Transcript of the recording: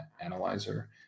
analyzer